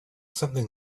something